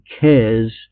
cares